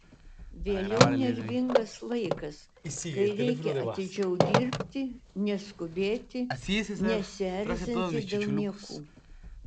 vėliau nervingas laikas kai reikia atidžiau dirbti neskubėti nesierzinti dėl niekų